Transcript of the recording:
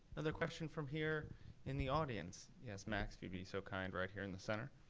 another question from here in the audience. yes, max, if you'd be so kind, right here in the center.